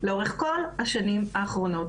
לאורך כל השנים האחרונות.